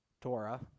Torah